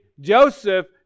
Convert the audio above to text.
Joseph